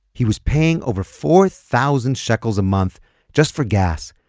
he was paying over four thousand shekels a month just for gas,